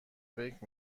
فکر